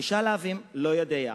שישה לאווים,